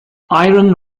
iron